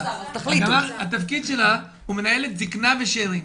התפקיד שלה - מנהלת זיקנה ושאירים.